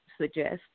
suggest